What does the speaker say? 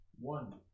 one